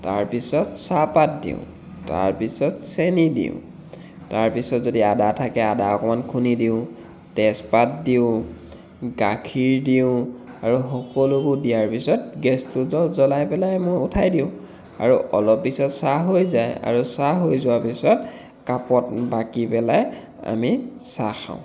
তাৰ পিছত চাহপাত দিওঁ তাৰ পিছত চেনী দিওঁ তাৰ পিছত যদি আদা থাকে আদা অকণমান খুন্দি দিওঁ তেজপাত দিওঁ গাখীৰ দিওঁ আৰু সকলোবোৰ দিয়াৰ পিছত গেছটো জ্বলাই পেলাই মই উঠাই দিওঁ আৰু অলপ পিছত চাহ হৈ যায় আৰু চাহ হৈ যোৱাৰ পিছত কাপত বাকি পেলাই আমি চাহ খাওঁ